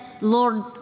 Lord